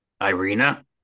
Irina